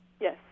Yes